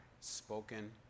spoken